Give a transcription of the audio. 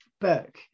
book